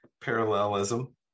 parallelism